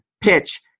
PITCH